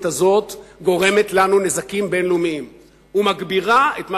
הזאת גורמת לנו נזקים בין-לאומיים ומגבירה את מה